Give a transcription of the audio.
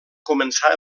començar